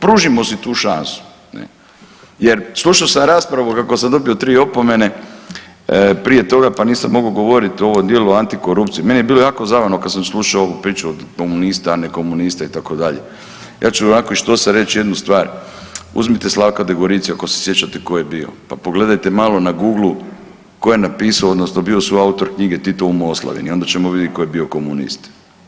Pružimo si tu šansu, ne, jer slušao sam raspravu kako sam dobio 3 opomene prije toga pa nisam mogao govorit u ovom djelu antikorupcije, meni je bilo jako zabavno kad sam slušao ovu priču od komunista, ne komunista itd., ja ću onako iz štosa reći jednu stvar, uzmite Slavka Degoricija ako se sjećate tko je bio pa pogledajte malo na Google-u odnosno tko je napisao odnosno bio suautor knjige Tito u Moslavini onda ćemo vidjet tko je bio komunista.